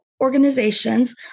organizations